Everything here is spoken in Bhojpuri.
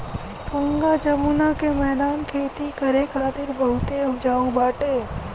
गंगा जमुना के मौदान खेती करे खातिर बहुते उपजाऊ बाटे